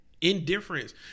Indifference